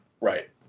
Right